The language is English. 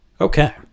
Okay